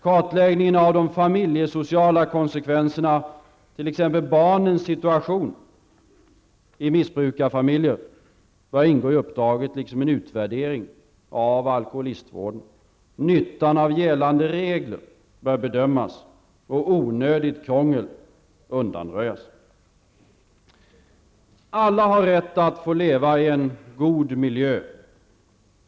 Kartläggningen av de familjesociala konsekvenserna, t.ex. barnens situation i missbrukarfamiljer, bör ingå i uppdraget liksom en utvärdering av alkoholistvården. Nyttan av gällande regler bör bedömas och onödigt krångel undanröjas. Alla har rätt att få leva i en god miljö.